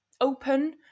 open